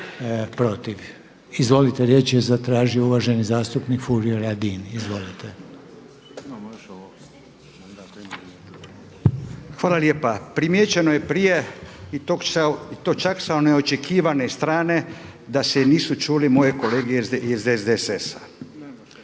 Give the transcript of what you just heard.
Hvala lijepa. Primijećeno je prije i to čak sa neočekivane strane da se nisu čuli moji kolege iz SDSS-a.